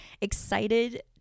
excited